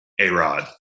A-Rod